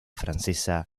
francesa